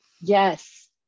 yes